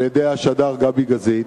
על-ידי השדר גבי גזית,